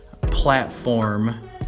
platform